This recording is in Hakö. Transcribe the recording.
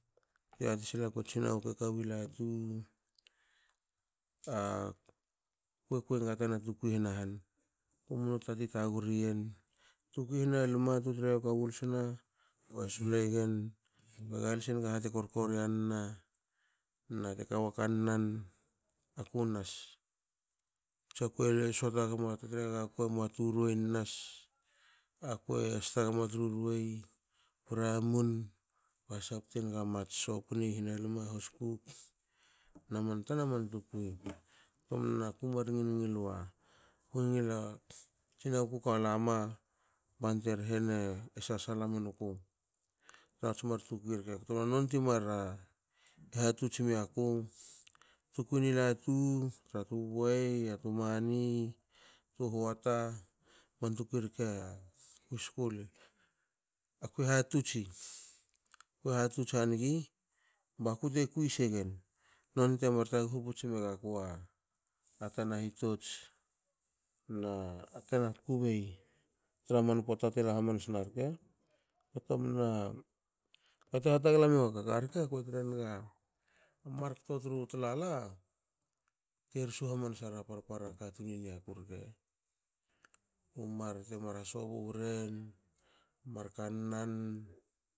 Tu yati siaku e tsi naguku e kawi latu akue kuinega a tana tukui hana han. kumnu tati tagrian. Tukui hna lma tu tria kua bulsna, kue slegen kue galsienga hate korkorena na nate wa kannan aku nas. Tsa kue lu sota guma tre gaku muatu ruei nas akue stagme tru ruei. ramun kue hasaptu enga mats sopne i hana lme hoskuk na man tana man tukui. Ktomna ku mar ngilngil wa kungila tsinaguku ka lama bante tre hene sasala menuku. trats tukui rke nonte mar a hatots miaku tukui ni latu tra tu buei mani tu huata man tukui rke. Akui hatotsi. kui hatots hanigi bakute kui segen nonte mar tuguhu puts mega kua tana hitots na na tana kukubei tra man pota te la hamansna rke ktomna kate hatagla menguku a karke kue trenga amar koto tru tulala tersu hamansa ra parpar katun i niaku rke. Te mar hasobu weren mar kannan